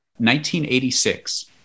1986